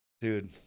Dude